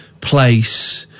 place